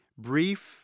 Brief